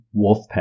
Wolfpack